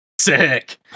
Sick